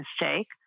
mistake